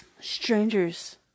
strangers